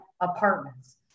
apartments